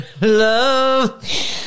love